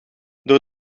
door